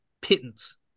pittance